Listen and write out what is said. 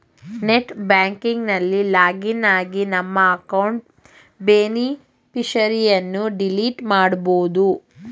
net banking ನಲ್ಲಿ login ಆಗಿ ನಮ್ಮ ಅಕೌಂಟ್ ಬೇನಿಫಿಷರಿಯನ್ನು ಡಿಲೀಟ್ ಮಾಡಬೋದು